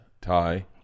Thai